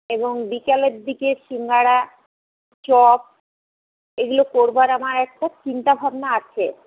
এবং বিকালের দিকে সিঙাড়া চপ এগুলো করবার আমার একটা চিন্তাভাবনা আছে